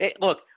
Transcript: Look